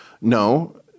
No